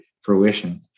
fruition